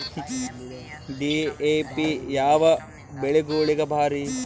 DAP ಯಾವ ಬೆಳಿಗೊಳಿಗ ಭಾರಿ?